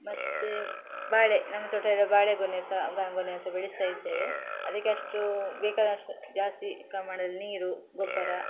ಮತ್ತು ಬಾಳೆ ನಮ್ಮ ತೋಟದಲ್ಲಿ ಬಾಳೆ ಗೊನೆ ಸಹ ಬಾಳೆ ಗೊನೆ ಸಹ ಬೆಳೆಸ್ತಾಯಿದ್ದೇವೆ ಅದಕ್ಕೆ ಅಷ್ಟು ಬೇಕಾದಷ್ಟು ಜಾಸ್ತಿ ಪ್ರಮಾಣದಲ್ಲಿ ನೀರು ಗೊಬ್ಬರ